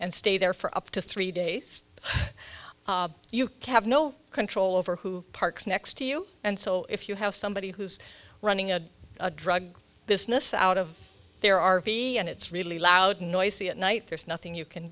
and stay there for up to three days you can have no control over who parks next to you and so if you have somebody who's running a drug business out of their r v and it's really loud noisy at night there's nothing you can